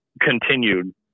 continued